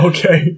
Okay